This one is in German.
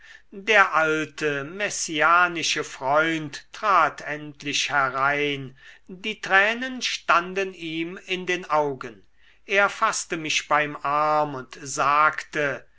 der alte messianische freund trat endlich herein die tränen standen ihm in den augen er faßte mich beim arm und sagte